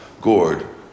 gourd